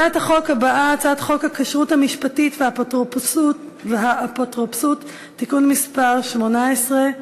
הצעת החוק הבאה: הצעת חוק הכשרות המשפטית והאפוטרופסות (תיקון מס' 18)